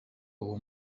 uwo